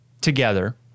together